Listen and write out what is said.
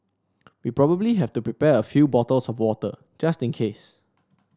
we probably have to prepare a few bottles of water just in case